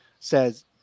says